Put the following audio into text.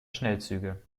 schnellzüge